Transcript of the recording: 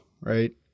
right